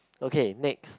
okay next